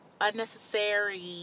unnecessary